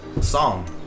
song